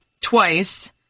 twice